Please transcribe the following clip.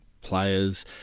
players